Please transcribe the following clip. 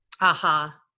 aha